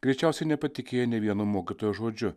greičiausiai nepatikėję nė vienu mokytojo žodžiu